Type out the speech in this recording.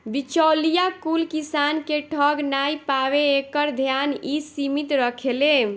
बिचौलिया कुल किसान के ठग नाइ पावे एकर ध्यान इ समिति रखेले